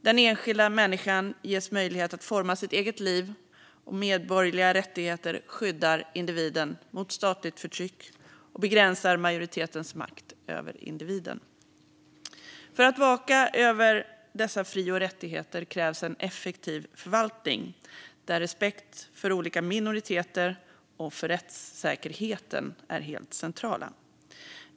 Den enskilda människan ges möjlighet att forma sitt eget liv, och medborgerliga rättigheter skyddar individen mot statligt förtryck och begränsar majoritetens makt över individen. För att vaka över dessa fri och rättigheter krävs en effektiv förvaltning, där respekt för olika minoriteter och för rättssäkerheten är helt central.